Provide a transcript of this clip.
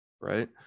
right